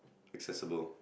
accessible